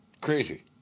Crazy